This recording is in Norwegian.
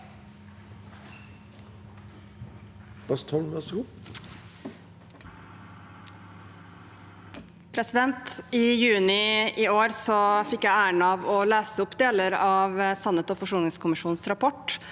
I juni i år fikk jeg æren av å lese opp deler av sannhets- og forsoningskommisjonens rapport